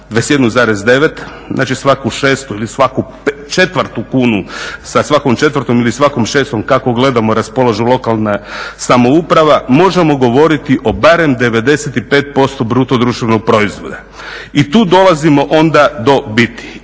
kuna, znači svaku 6 ili svaku 4 kunu sa svakom 4 ili sa svakom 6 kako gledamo raspolažu lokalne samouprave možemo govoriti o barem 95% BDP-a. I tu dolazimo onda do biti.